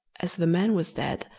as the man was dead,